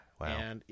Wow